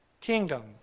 kingdom